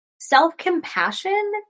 Self-compassion